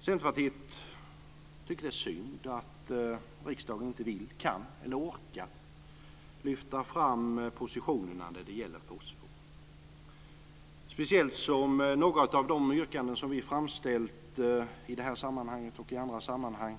Centerpartiet tycker att det är synd att riksdagen inte vill, kan eller orkar flytta fram positionerna när det gäller fosfor, speciellt som några av de yrkanden som vi har framställt här och i andra sammanhang